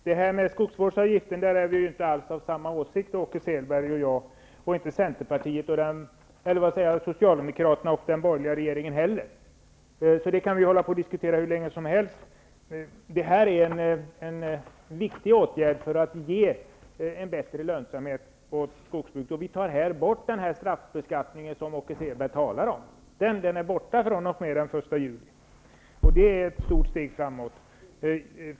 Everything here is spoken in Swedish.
Herr talman! När det gäller skogsvårdsavgiften är Åke Selberg och jag inte alls av samma åsikt. Det är inte Socialdemokraterna och den borgerliga regeringen heller. Det kan vi diskutera hur länge som helst. Men det här är en viktig åtgärd för att ge skogsbruken en bättre lönsamhet. Vi tar bort den straffbeskattning som Åke Selberg talar om. Den är borta fr.o.m. den 1 juli. Det är ett stort steg framåt.